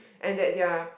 and that they are